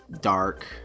dark